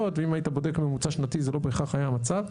ואם היית בודק ממוצע שנתי זה לא בהכרח היה המצב.